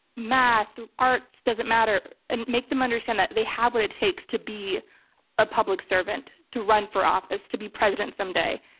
math, arts doesn't matter, and make them understand that they have what it takes to be a public servant, to run for office, to be president someday.